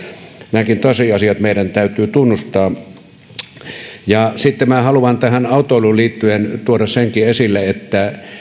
nämäkin tosiasiat meidän täytyy tunnustaa sitten minä haluan tähän autoiluun liittyen tuoda senkin esille että